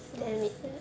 so sad